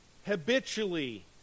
habitually